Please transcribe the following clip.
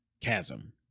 Chasm